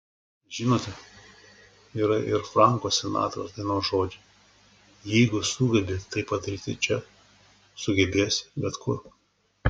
žinote yra ir franko sinatros dainos žodžiai jeigu sugebi tai padaryti čia sugebėsi bet kur